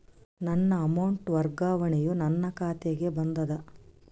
ನನ್ನ ಅಮೌಂಟ್ ವರ್ಗಾವಣೆಯು ನನ್ನ ಖಾತೆಗೆ ಬಂದದ